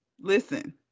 listen